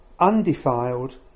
undefiled